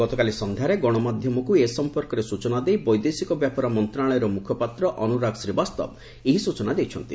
ଗତକାଲି ସନ୍ଧ୍ୟାରେ ଗଣମାଧ୍ୟମକୁ ଏ ସମ୍ପର୍କରେ ସୂଚନା ଦେଇ ବୈଦେଶିକ ବ୍ୟାପାର ମନ୍ତ୍ରଣାଳୟର ମୁଖପାତ୍ର ଅନୁରାଗ ଶ୍ରୀବାସ୍ତବ ଏହି ସୂଚନା ଦେଇଚନ୍ତି